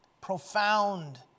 profound